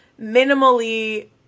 minimally